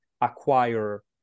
acquire